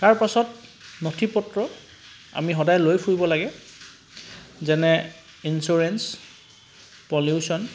তাৰপাছত নথি পত্ৰ আমি সদায় লৈ ফুৰিব লাগে যেনে ইঞ্চ্যুৰেঞ্চ পলিউশ্যন